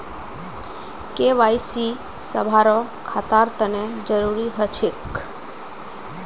KYC सभारो खातार तने जरुरी ह छेक